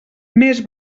més